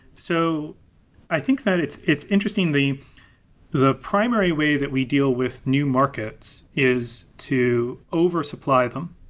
so i think that it's it's interesting. the the primary way that we deal with new markets is to oversupply then.